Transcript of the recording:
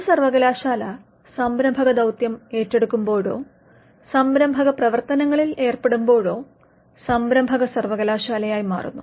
ഒരു സർവകലാശാല സംരംഭക ദൌത്യം ഏറ്റെടുക്കുമ്പോഴോ സംരംഭക പ്രവർത്തനങ്ങളിൽ ഏർപ്പെടുമ്പോഴോ സംരഭക സർവകലാശയായി മാറുന്നു